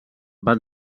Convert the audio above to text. van